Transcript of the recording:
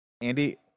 andy